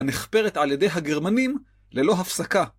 הנחפרת על ידי הגרמנים ללא הפסקה.